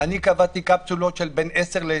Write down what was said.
אני קבעתי קפסולות בין 10 ל-20,